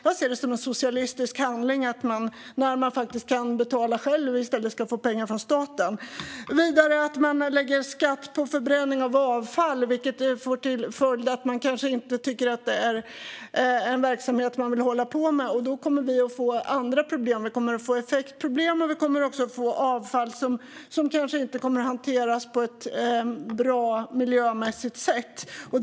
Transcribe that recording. Jag ser det som en socialistisk handling att staten ska betala när man faktiskt kan betala själv. Vidare läggs skatt på förbränning av avfall, vilket får till följd att man kanske inte tycker att det är en verksamhet som man vill hålla på med. Då kommer vi att få andra problem. Vi kommer att få effektproblem, och vi kommer också att få avfall som kanske inte kommer att hanteras på ett miljömässigt bra sätt.